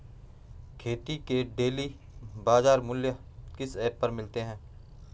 खेती के डेली बाज़ार मूल्य किस ऐप पर मिलते हैं?